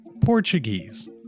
Portuguese